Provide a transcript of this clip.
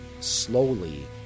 slowly